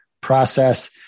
process